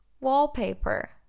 Wallpaper